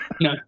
No